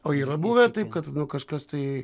o yra buvę taip kad nu kažkas tai